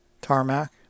tarmac